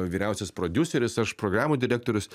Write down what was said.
vyriausias prodiuseris aš programų direktorius